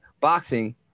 Boxing